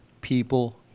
people